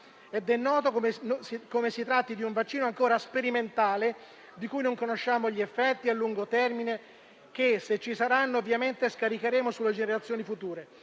È noto come si tratti di un vaccino ancora sperimentale di cui non conosciamo gli effetti a lungo termine che, se si produrranno, ovviamente scaricheremo sulle generazioni future.